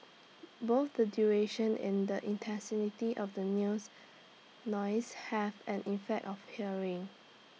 both the duration and the of the noise have an effect of hearing